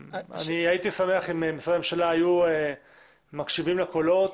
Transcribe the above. הייתי שמח אם משרדי הממשלה היו מקשיבים לקולות